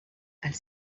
els